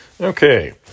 Okay